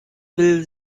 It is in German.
will